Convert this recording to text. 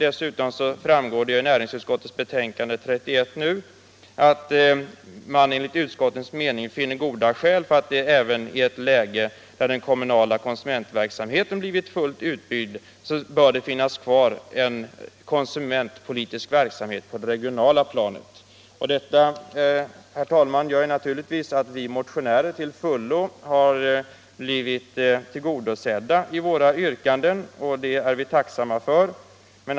Dessutom framgår det av näringsutskottets betänkande nr 31 att man enligt utskottets mening finner goda skäl för att det även i ett läge där den kommunala konsumentverksamheten blivit fullt utbyggd bör finnas kvar konsumentpolitisk verksamhet på det regionala planet. Vi motionärer har alltså till fullo blivit tillgodosedda i våra yrkanden och det är vi tacksamma för.